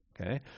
okay